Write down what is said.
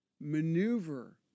maneuver